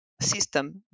system